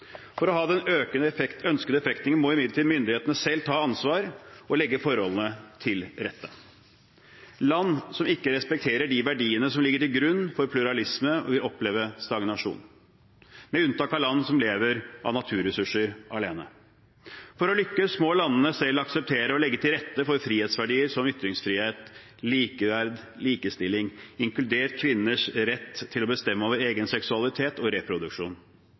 For å ha den ønskede effekten må imidlertid myndighetene selv ta ansvar og legge forholdene til rette. Land som ikke respekterer verdiene som ligger til grunn for pluralisme, vil oppleve stagnasjon, med unntak av land som lever av naturressurser alene. For å lykkes må landene selv akseptere og legge til rette for frihetsverdier som ytringsfrihet, likeverd, likestilling, inkludert kvinners rett til å bestemme over egen seksualitet og reproduksjon,